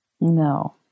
No